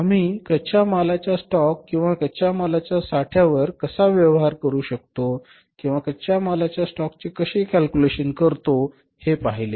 आम्ही कच्च्या मालाच्या स्टॉक किंवा कच्च्या मालाच्या साठ्यावर कसा व्यवहार करू शकतो किंवा कच्च्या मालाच्या स्टॉकचे कसे कॅल्क्युलेशन करतो हे पाहिले